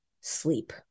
sleep